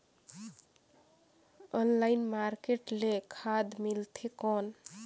Online market ले खाद मिलथे कौन?